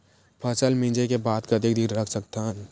फसल मिंजे के बाद कतेक दिन रख सकथन?